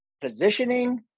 positioning